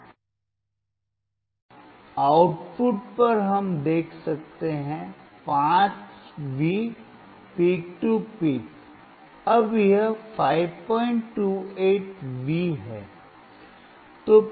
और आउटपुट पर हम देख सकते हैं 5V पीक टू पीक अब यह 528V है